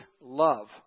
love